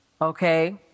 okay